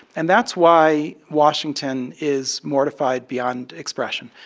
and that's why washington is mortified beyond expression.